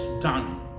done